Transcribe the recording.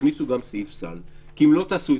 תכניסו גם סעיף סל כי אם לא תעשו את